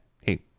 Hey